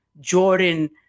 Jordan